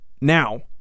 Now